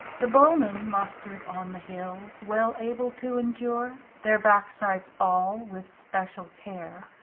the bow-men mustered on the hills, well able to endure theire backsides all, with speciall care,